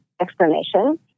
explanation